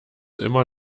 immer